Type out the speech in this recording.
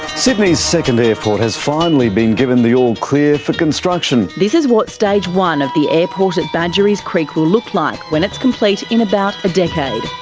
sydney's second airport has finally been given the all clear for construction. this is what stage one of the airport at badgerys creek will look like when it's complete in about a decade.